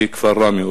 היא כפר ראמה.